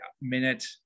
minute